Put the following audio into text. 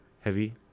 heavy